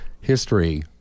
History